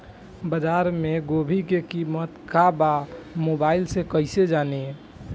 बाजार में गोभी के कीमत का बा मोबाइल से कइसे जानी?